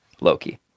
Loki